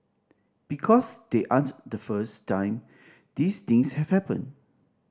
because they aren't the first time these things have happened